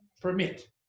permit